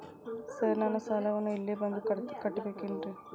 Sir ನಾನು ಸಾಲವನ್ನು ಇಲ್ಲೇ ಬಂದು ಕಟ್ಟಬೇಕೇನ್ರಿ?